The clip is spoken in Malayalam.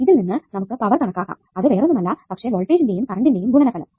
ഇതിൽ നിന്ന് നമുക്ക് പവർ കണക്കാക്കാം അത് വേറൊന്നുമല്ല പക്ഷെ വോൾട്ടേജിന്റെയും കറണ്ടിന്റെയും ഗുണനഫലം